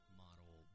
model